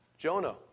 Jonah